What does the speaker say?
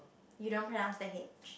you don't pronounce the H